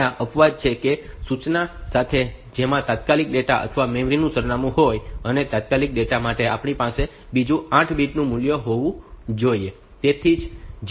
અને ત્યાં અપવાદ એ છે કે સૂચના સાથે કે જેમાં તાત્કાલિક ડેટા અથવા મેમરી સરનામું હોય અને તાત્કાલિક ડેટા માટે આપણી પાસે બીજું 8 બીટ મૂલ્ય હોવું જોઈએ